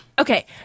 Okay